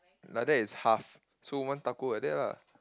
like that is half so one taco like that lah